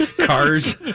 Cars